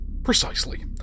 Precisely